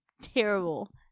Terrible